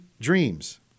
dreams